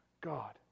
God